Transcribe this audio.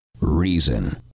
Reason